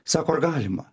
sako ar galima